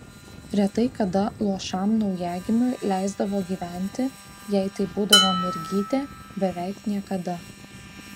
retai kada luošam naujagimiui leisdavo gyventi jei tai būdavo mergytė beveik niekada